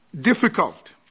difficult